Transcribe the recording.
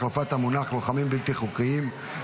החלפת המונח לוחמים בלתי חוקיים),